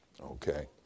Okay